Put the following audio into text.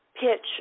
pitch